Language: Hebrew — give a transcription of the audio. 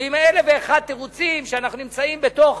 ועם אלף ואחד תירוצים שאנחנו נמצאים בתוך